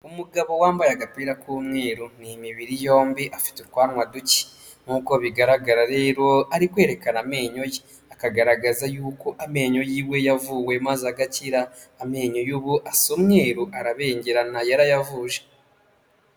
Umugabo wambaye agapira k'umweru ni imibiri yombi afite utwanwa duke, nk'uko bigaragara rero ari kwerekana amenyo ye, akagaragaza yuko amenyo yiwe yavuwe maze agakira, amenyo ye ubu asa umweru arabengerana yarayavuje.